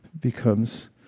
becomes